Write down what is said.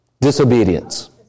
Disobedience